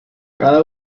cada